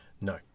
no